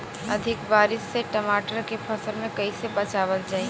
अधिक बारिश से टमाटर के फसल के कइसे बचावल जाई?